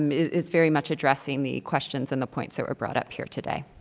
um is very much addressing the questions and the points that were brought up here today.